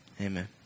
Amen